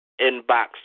inbox